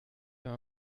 wenn